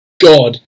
God